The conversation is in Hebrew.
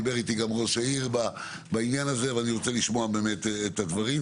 דיבר איתי ראש העיר בעניין הזה ואני רוצה לשמוע את הדברים.